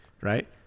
Right